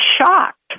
shocked